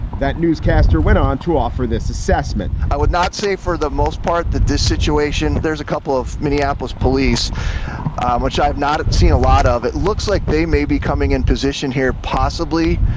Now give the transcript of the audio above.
that newscaster went on to offer this assessment i would not say for the most part that this situation there's a couple of minneapolis police which i have not seen a lot of it looks like they may be coming in position here, possibly